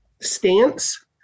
stance